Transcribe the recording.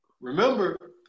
Remember